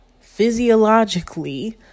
physiologically